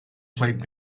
played